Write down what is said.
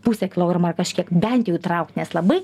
pusė kilogramo ar kažkiek bent jau įtraukt nes labai